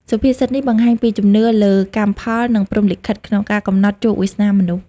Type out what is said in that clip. សុភាសិតនេះបង្ហាញពីជំនឿលើ «កម្មផល» និង «ព្រហ្មលិខិត» ក្នុងការកំណត់ជោគវាសនាមនុស្ស។